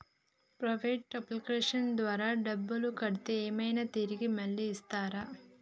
Private అప్లికేషన్ల ద్వారా డబ్బులు కడితే ఏమైనా తిరిగి మళ్ళీ ఇస్తరా?